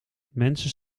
mensen